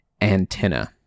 Antenna